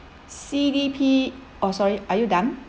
C_D_P oh sorry are you done